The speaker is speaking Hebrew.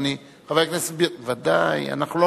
מה קרה?